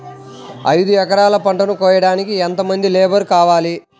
ఐదు ఎకరాల పంటను కోయడానికి యెంత మంది లేబరు కావాలి?